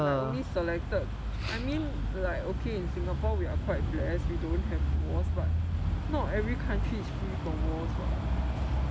like only selected I mean like okay in singapore we are quite blessed we don't have wars but not every country is free from wars